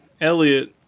Elliot